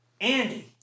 Andy